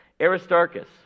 Aristarchus